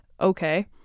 okay